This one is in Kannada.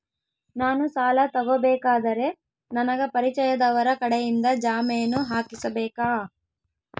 ನಾನು ಸಾಲ ತಗೋಬೇಕಾದರೆ ನನಗ ಪರಿಚಯದವರ ಕಡೆಯಿಂದ ಜಾಮೇನು ಹಾಕಿಸಬೇಕಾ?